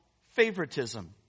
favoritism